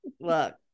look